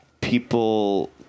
people